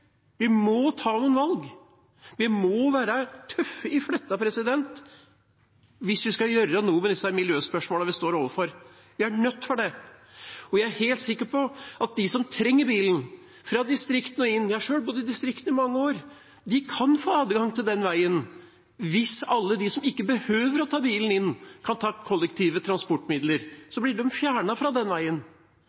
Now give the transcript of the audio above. Vi må ta noen valg. Vi må være tøffe i fletta hvis vi skal gjøre noe med disse miljøspørsmålene vi står overfor. Vi er nødt til det! Jeg er helt sikker på at de som trenger bilen, fra distriktene og inn – jeg har selv bodd i distriktet i mange år – kan få adgang til den veien hvis alle de som ikke behøver å ta bilen, kan ta kollektive transportmidler. Da blir de fjernet fra den veien.